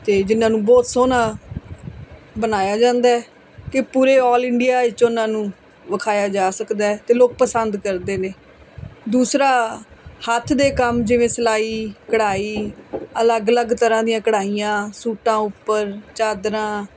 ਅਤੇ ਜਿਹਨਾਂ ਨੂੰ ਬਹੁਤ ਸੋਹਣਾ ਬਣਾਇਆ ਜਾਂਦਾ ਹੈ ਕਿ ਪੂਰੇ ਆਲ ਇੰਡੀਆ ਵਿੱਚ ਉਹਨਾਂ ਨੂੰ ਵਿਖਾਇਆ ਜਾ ਸਕਦਾ ਹੈ ਅਤੇ ਲੋਕ ਪਸੰਦ ਕਰਦੇ ਨੇ ਦੂਸਰਾ ਹੱਥ ਦੇ ਕੰਮ ਜਿਵੇਂ ਸਲਾਈ ਕਢਾਈ ਅਲੱਗ ਅਲੱਗ ਤਰ੍ਹਾਂ ਦੀਆਂ ਕਢਾਈਆਂ ਸੂਟਾਂ ਉੱਪਰ ਚਾਦਰਾਂ